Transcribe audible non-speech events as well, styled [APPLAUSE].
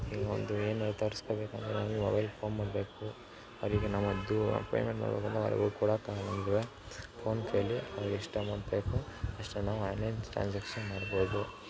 ಈಗ ಒಂದು ಏನು ತರಿಸ್ಕೋಬೇಕು ಅಂದರೆ ನಮಗೆ ಮೊಬೈಲ್ ಫೋನ್ ಮಾಡಬೇಕು ಅವರಿಗೆ ನಾವು ಅದು ಪೇಮೆಂಟ್ ಮಾಡ್ಬೇಕು ಅಂದರೆ [UNINTELLIGIBLE] ಆಗೋಲ್ಲ ಅಂದರೆ ಫೋನ್ಪೇಲಿ ನಮ್ಗೆ ಎಷ್ಟು ಅಮೌಂಟ್ ಬೇಕು ಅಷ್ಟೇ ನಾವು ಆನ್ಲೈನ್ ಟ್ರಾನ್ಸಾಕ್ಷನ್ ಮಾಡ್ಬೌದು